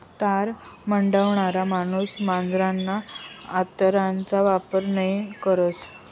तार बनाडणारा माणूस मांजरना आतडाना वापर नयी करस